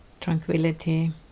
tranquility